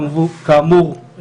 כאמור,